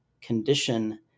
condition